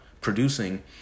producing